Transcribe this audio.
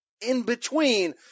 in-between